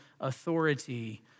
authority